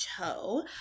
toe